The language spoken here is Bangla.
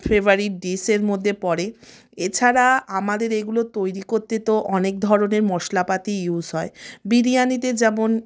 ফেভারিট ডিশের মধ্যে পড়ে এছাড়া আমাদের এইগুলো তৈরি করতে তো অনেক ধরনের মশলাপাতি ইউজ হয় বিরিয়ানিতে যেমন